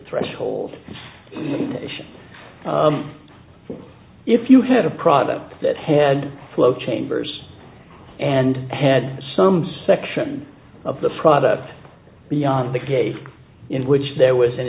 threshold issue if you had a product that had float chambers and had some section of the product beyond the case in which there was an